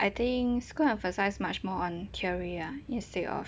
I think school emphasise much more on theory ah instead of